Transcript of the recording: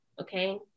okay